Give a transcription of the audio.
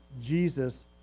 Jesus